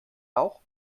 bauch